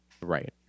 Right